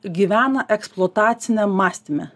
gyvena eksploataciniam mąstyme